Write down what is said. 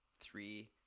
three